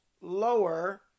Lower